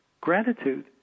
gratitude